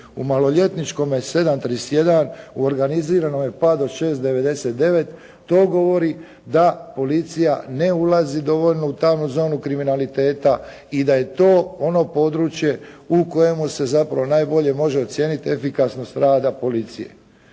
u maloljetničkome 7,31, u organiziranom padu 6,99, to govori da policija ne ulazi dovoljno u tamnu zonu kriminaliteta, i da je to ono područje u kojemu se zapravo najbolje može ocijeniti efikasnost rada policije.